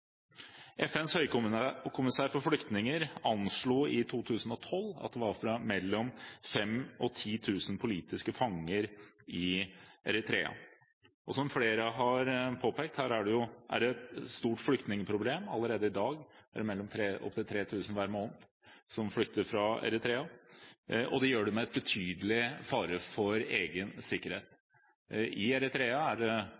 FNs høykommissær for flyktninger anslo i 2012 at det var mellom 5 000 og 10 000 politiske fanger i Eritrea. Og som flere har påpekt, er det et stort flyktningproblem. Allerede i dag er det opp til 3 000 som hver måned flykter fra Eritrea. De gjør det med betydelig fare for egen sikkerhet. Er